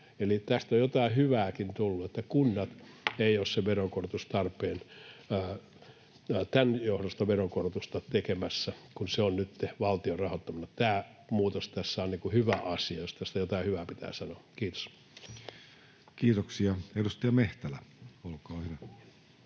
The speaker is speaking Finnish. tästä on jotain hyvääkin tullut, sillä kunnat eivät ole tämän johdosta veronkorotusta tekemässä, kun se on nytten valtion rahoittama. Tämä muutos tässä on hyvä asia, jos tästä jotain hyvää pitää sanoa. — Kiitos. Kiitoksia. — Edustaja Mehtälä, olkaa hyvä.